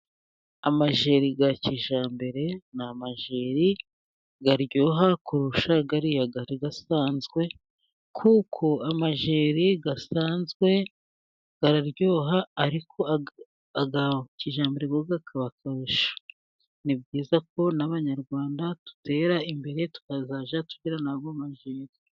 Amajyeri ya kijyambere, n'amajeri aryoha kurusha ariya asanzwe, kuko amajyeri asanzwe araryoha, ariko aya kijyambere yo akagira akarushyo. Ni byiza ko n'abanyarwanda dutera imbere tukazajya tugira nayo majyeri.